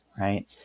right